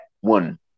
one